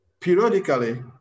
periodically